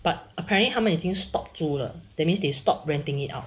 but apparently 他们已经 stop 租了 that means they stop renting it out